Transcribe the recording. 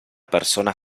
persona